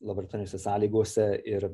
dabartinėse sąlygose ir